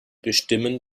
bestimmen